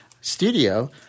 studio